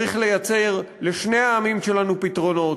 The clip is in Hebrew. צריך לייצר לשני העמים שלנו פתרונות,